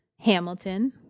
Hamilton